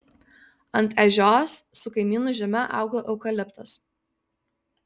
ant ežios su kaimynų žeme augo eukaliptas